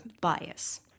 bias